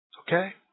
Okay